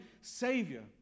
Savior